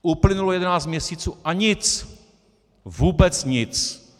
Uplynulo 11 měsíců, a nic, vůbec nic.